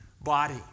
body